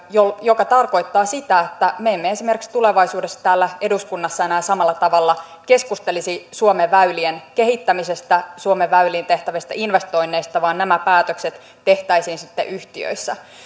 mikä tarkoittaa sitä että me emme esimerkiksi tulevaisuudessa täällä eduskunnassa enää samalla tavalla keskustelisi suomen väylien kehittämisestä suomen väyliin tehtävistä investoinneista vaan nämä päätökset tehtäisiin sitten yhtiöissä